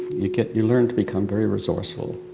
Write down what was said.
you get, you learn to become very resourceful